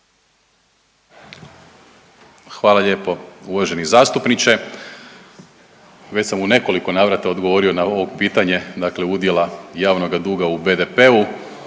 Hvala lijepo. Uvaženi zastupniče, već sam u nekoliko navrata odgovorio na ovo pitanje, dakle udjela javnoga duga u BDP-u.